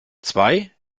zwei